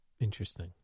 Interesting